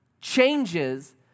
changes